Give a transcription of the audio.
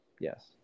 yes